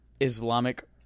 Islamic